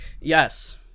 Yes